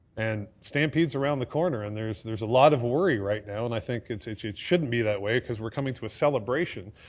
and stampede's around the corner and there's there's a lot of worry right now, and i think it yeah it shouldn't be that way because we're coming to a celebration,